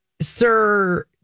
Sir